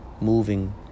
moving